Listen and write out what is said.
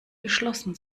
geschlossen